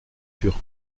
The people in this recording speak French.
pure